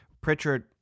pritchard